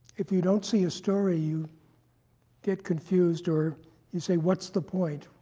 if you don't see a story, you get confused, or you say, what's the point?